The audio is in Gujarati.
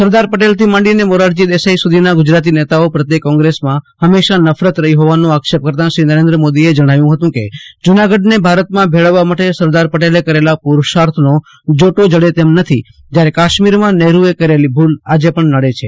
સરદાર પટેલથી માંડીને મોરારજી દેસાઈ સુધીના ગુજરાતી નેતાઓ પ્રત્યે કોંગ્રેસમાં હંમેશા નફરત રહી હોવાનો આક્ષેપ કરતા શ્રી નરેન્દ્ર મોદીએ જણાવ્યું હતું કે જુનાગઢને ભારતમાં ભેળવવા માટે સરદાર પટેલે કરેલા પુરુષાર્થનો જોટો જડે તેમ નથી જયારે કાશ્મીરમાં નહેરુએ કરેલી ભુલ આજે પણ નડે છે